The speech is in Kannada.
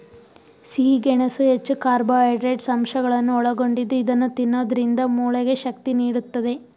ಸಿಹಿ ಗೆಣಸು ಹೆಚ್ಚು ಕಾರ್ಬೋಹೈಡ್ರೇಟ್ಸ್ ಅಂಶಗಳನ್ನು ಒಳಗೊಂಡಿದ್ದು ಇದನ್ನು ತಿನ್ನೋದ್ರಿಂದ ಮೂಳೆಗೆ ಶಕ್ತಿ ನೀಡುತ್ತದೆ